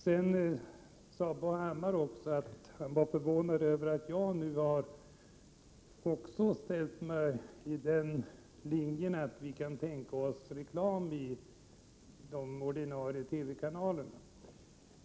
Bo Hammar sade att han var förvånad över att vi i centerpartiet nu också har ställt oss på den linje som innebär att vi kan tänka oss reklam i de ordinarie TV-kanalerna.